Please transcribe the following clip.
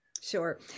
sure